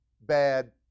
bad